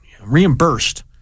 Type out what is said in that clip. reimbursed